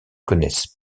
connaissent